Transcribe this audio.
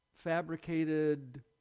fabricated